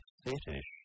fetish